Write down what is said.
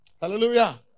Hallelujah